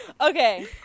Okay